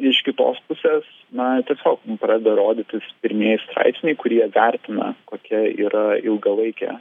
iš kitos pusės na tiesiog pradeda rodytis pirmieji straipsniai kurie vertina kokia yra ilgalaikė